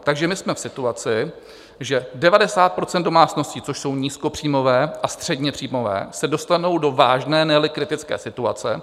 Takže my jsme v situaci, že 90 % domácností, což jsou nízkopříjmové a středněpříjmové, se dostanou do vážné, neli kritické situace.